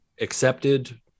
accepted